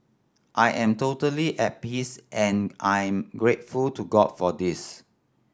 I am totally at peace and I'm grateful to God for this